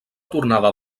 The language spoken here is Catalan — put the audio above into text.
tornada